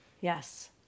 Yes